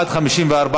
חוק הדיור הציבורי (זכויות רכישה) (תיקון מס' 9),